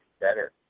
better